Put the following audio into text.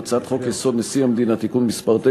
אדוני היושב-ראש, אני